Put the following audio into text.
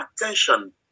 attention